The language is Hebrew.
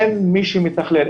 אין מי שמתכלל.